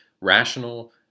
rational